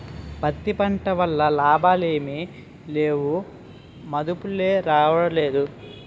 పత్తి పంట వల్ల లాభాలేమి లేవుమదుపులే రాడంలేదు